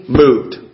moved